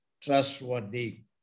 trustworthy